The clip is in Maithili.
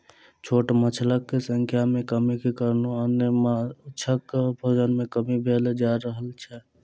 छोट माँछक संख्या मे कमीक कारणेँ अन्य माँछक भोजन मे कमी भेल जा रहल अछि